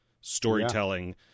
storytelling